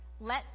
Let